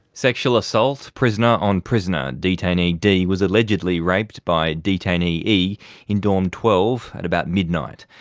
sexual assault, prisoner on prisoner. detainee d was allegedly raped by detainee e in dorm twelve at about midnight.